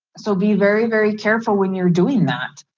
so be very, very careful when you're doing that.